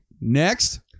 Next